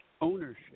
ownership